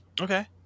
Okay